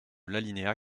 l’alinéa